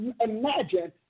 imagine